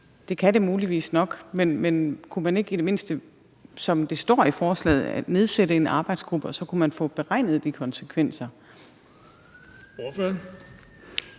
Det kan det muligvis nok, men kunne man i det mindste ikke, som det står i forslaget, nedsætte en arbejdsgruppe, så man kunne få beregnet de konsekvenser? Kl.